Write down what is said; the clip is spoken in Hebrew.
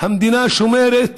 המדינה שומרת